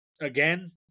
again